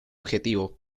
objetivo